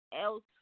else